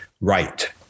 right